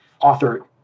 author